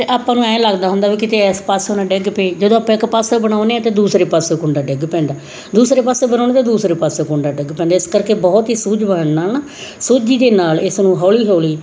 ਅਤੇ ਆਪਾਂ ਨੂੰ ਐਂ ਲੱਗਦਾ ਹੁੰਦਾ ਵੀ ਕਿਤੇ ਇਸ ਪਾਸੇ ਨਾ ਡਿੱਗ ਪਈ ਜਦੋਂ ਆਪਾਂ ਇੱਕ ਪਾਸਿਓਂ ਬਣਾਉਂਦੇ ਹਾਂ ਤਾਂ ਦੂਸਰੇ ਪਾਸਿਓ ਕੁੰਡਾ ਡਿੱਗ ਪੈਂਦਾ ਦੂਸਰੇ ਪਾਸੇ ਬਣਾਉਦੇ ਦੂਸਰੇ ਪਾਸੇ ਕੁੰਡਾ ਡਿੱਗ ਪੈਂਦਾ ਇਸ ਕਰਕੇ ਬਹੁਤ ਹੀ ਸੂਝਵਾਨ ਨਾਲ ਨਾ ਸੋਝੀ ਦੇ ਨਾਲ ਇਸ ਨੂੰ ਹੌਲੀ ਹੌਲੀ